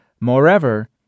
Moreover